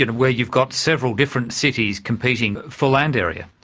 and where you've got several different cities competing for land area?